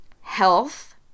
health